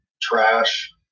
trash